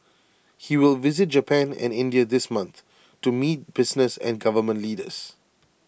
he will visit Japan and India this month to meet business and government leaders